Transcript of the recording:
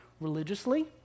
religiously